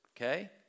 Okay